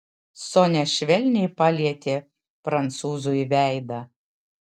sonia švelniai palietė prancūzui veidą